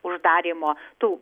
uždarymo tų